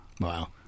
Wow